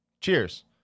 Cheers